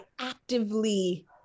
actively